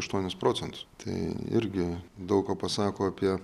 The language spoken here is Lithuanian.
aštuonis procentus tai irgi daug ką pasako apie